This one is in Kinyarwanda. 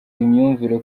imyumvire